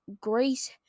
grace